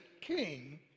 king